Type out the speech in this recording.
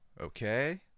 okay